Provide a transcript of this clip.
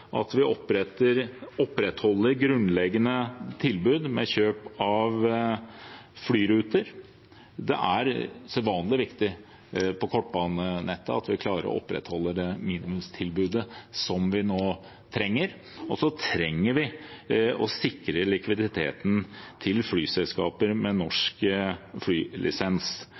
at vi opprettholder grunnleggende tilbud med kjøp av flyruter. Det er usedvanlig viktig på kortbanenettet at vi klarer å opprettholde det minimumstilbudet som vi nå trenger, og så trenger vi å sikre likviditeten til flyselskaper med norsk flylisens.